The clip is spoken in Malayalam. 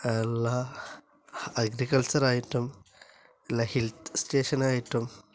അല്ല അഗ്രികൾച്ചർ ആയിട്ടും അല്ല ഹിൽസ്റ്റേഷൻ ആയിട്ടും